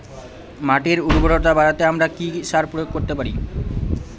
মাটির উর্বরতা বাড়াতে আমরা কি সার প্রয়োগ করতে পারি?